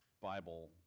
bible